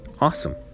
awesome